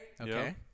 Okay